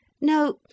No